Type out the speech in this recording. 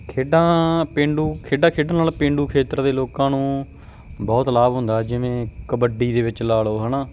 ਖੇਡਾਂ ਪੇਂਡੂ ਖੇਡਾਂ ਖੇਡਣ ਨਾਲ ਪੇਂਡੂ ਖੇਤਰ ਦੇ ਲੋਕਾਂ ਨੂੰ ਬਹੁਤ ਲਾਭ ਹੁੰਦਾ ਜਿਵੇਂ ਕਬੱਡੀ ਦੇ ਵਿੱਚ ਲਾ ਲਓ ਹੈ ਨਾ